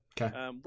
Okay